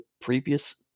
previous